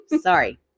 Sorry